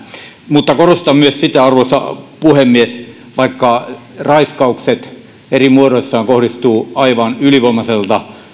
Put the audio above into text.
mutta muistutan kuitenkin myös siitä arvoisa puhemies vaikka raiskaukset eri muodoissaan kohdistuvat aivan ylivoimaiselta